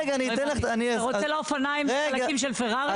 אתה רוצה לאופניים בחלקים של פרארי?